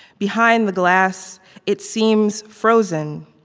behind the glass it seems frozen,